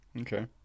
Okay